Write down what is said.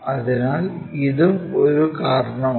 അതിനാൽ ഇതും ഒരു കാരണമാണ്